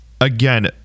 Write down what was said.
again